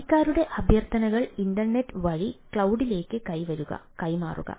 വരിക്കാരുടെ അഭ്യർത്ഥനകൾ ഇന്റർനെറ്റ് വഴി ക്ലൌഡിലേക്ക് കൈമാറുന്നു